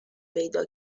پیدا